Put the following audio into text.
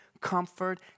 comfort